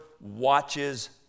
watches